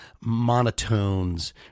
monotones